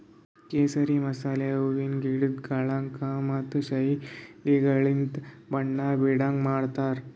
ಕೇಸರಿ ಮಸಾಲೆ ಹೂವಿಂದ್ ಗಿಡುದ್ ಕಳಂಕ ಮತ್ತ ಶೈಲಿಗೊಳಲಿಂತ್ ಬಣ್ಣ ಬೀಡಂಗ್ ಮಾಡ್ತಾರ್